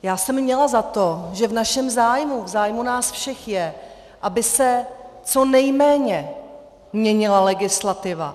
Já jsem měla za to, že v našem zájmu, v zájmu nás všech je, aby se co nejméně měnila legislativa.